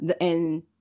And-